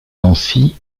nancy